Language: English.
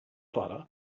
butter